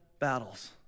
battles